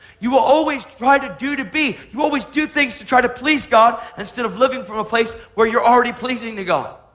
you will always try to do to be. you will always do things to try to please god instead of living from a place where you're already pleasing to god.